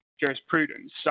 jurisprudence